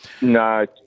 No